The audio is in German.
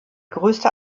größte